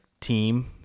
team